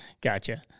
Gotcha